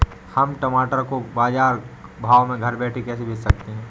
हम टमाटर को बाजार भाव में घर बैठे कैसे बेच सकते हैं?